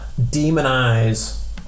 demonize